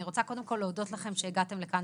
אני רוצה קודם כל להודות לכם שהגעתם לכאן.